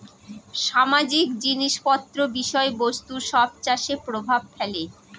সামাজিক জিনিস পত্র বিষয় বস্তু সব চাষে প্রভাব ফেলে